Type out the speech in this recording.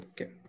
okay